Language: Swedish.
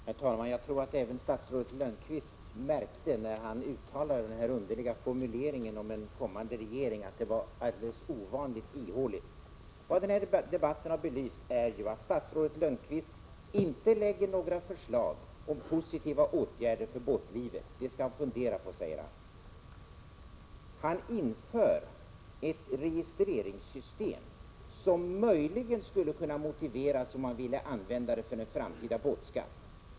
Herr talman! Jag tror att även statsrådet Lönnqvist märkte, när han uttalade den här underliga formuleringen om en kommande regering, att det var alldeles ovanligt ihåligt. Vad den här debatten har belyst är ju att statsrådet Lönnqvist inte lägger fram några förslag till positiva åtgärder för båtlivet. Det skall han fundera på, säger han. Han inför ett registreringssystem, som möjligen skulle kunna motiveras om man ville använda det för en framtida båtskatt.